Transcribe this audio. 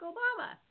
Obama